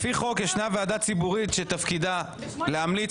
לפי חוק יש ועדה ציבורית שתפקידה להמליץ